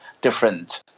different